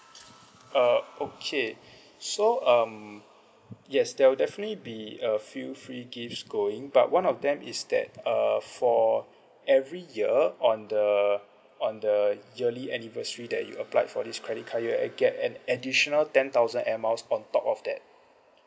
uh okay so um yes there'll definitely be a few free gifts going but one of them is that uh for every year on the on the yearly anniversary that you applied for this credit card you will get an additional ten thousand air miles on top of that